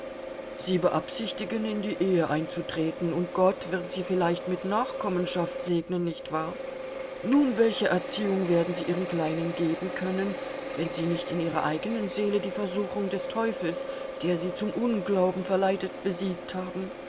sie beabsichtigen in die ehe einzutreten und gott wird sie vielleicht mit nachkommenschaft segnen nicht wahr nun welche erziehung werden sie ihren kleinen geben können wenn sie nicht in ihrer eigenen seele die versuchung des teufels der sie zum unglauben verleitet besiegt haben